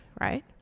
right